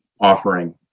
offering